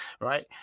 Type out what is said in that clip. right